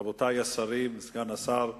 רבותי השרים, סגן השר,